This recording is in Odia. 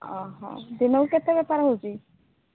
ଅ ହ ଦିନକୁ କେତେ ବେପାର ହେଉଛି